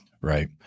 Right